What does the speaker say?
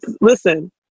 Listen